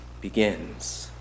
begins